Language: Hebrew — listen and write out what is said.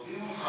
אותך.